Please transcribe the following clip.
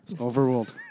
Overruled